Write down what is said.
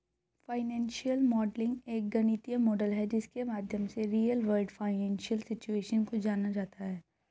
financial modelling एक गणितीय model है जिसके माध्यम से रियल वर्ल्ड फाइनेंशियल सिचुएशन को जाना जाता है